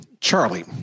Charlie